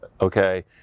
Okay